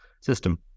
system